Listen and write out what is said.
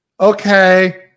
Okay